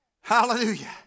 Hallelujah